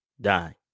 die